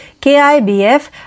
KIBF